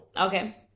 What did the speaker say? Okay